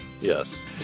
Yes